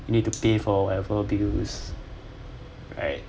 you need to pay for whatever bills right